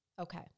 Okay